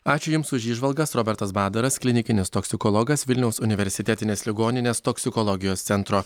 ačiū jums už įžvalgas robertas badaras klinikinis toksikologas vilniaus universitetinės ligoninės toksikologijos centro